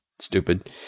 stupid